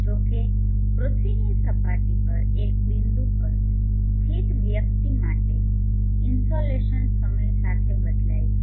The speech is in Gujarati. જો કે પૃથ્વીની સપાટી પર એક બિંદુ પર સ્થિત વ્યક્તિ માટે ઈનસોલેસન સમય સાથે બદલાય છે